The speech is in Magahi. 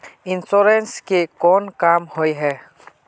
इंश्योरेंस के कोन काम होय है?